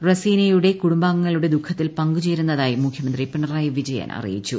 റസ്പ്രീനയ്കുടെ കുടുംബാംഗങ്ങളുടെ ദുഃഖത്തിൽ പങ്കുചേരുന്നത്തി ്മുഖ്യമന്ത്രി പിണറായി വിജയൻ അറിയിച്ചു